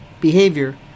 behavior